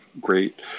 great